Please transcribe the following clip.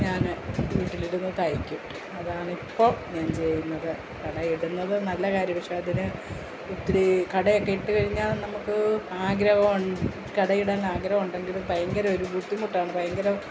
ഞാൻ വീട്ടിലിരുന്നു തയ്ക്കും അതാണിപ്പം ഞാൻ ചെയ്യുന്നത് കടയിടുന്നത് നല്ല കാര്യം പക്ഷേ അതിന് ഒത്തിരി കടയൊക്കെ ഇട്ടുകഴിഞ്ഞാൽ നമുക്ക് ആഗ്രഹമാണ് കടയിടാൻ അഗ്രഹമുണ്ടെങ്കിലും ഭയങ്കര ഒരു ബുദ്ധിമുട്ടാണ് ഭയങ്കര